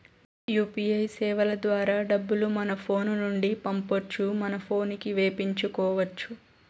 UPI సేవల ద్వారా డబ్బులు మన ఫోను నుండి పంపొచ్చు మన పోనుకి వేపించుకొచ్చు